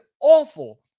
awful